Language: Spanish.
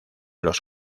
los